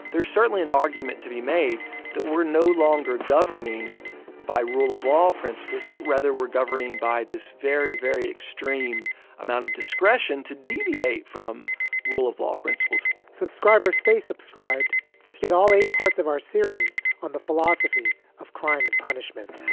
there's certainly an argument to be made that we're no longer governing by rule of law principles, but rather were governing by this very, very extreme amount of discretion to deviate from rule of law, principles, subscribers they subscribed to get all eight parts of our series on the philosophy of crime and punishment